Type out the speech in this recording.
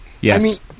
Yes